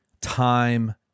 time